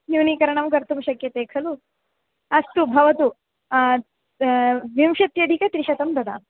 न्यूनीकरणं कर्तुं शक्यते खलु अस्तु भवतु विंशत्यधिकत्रिशतं ददामि